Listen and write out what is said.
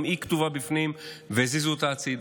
גם היא כתובה בפנים והזיזו אותה הצידה,